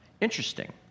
interesting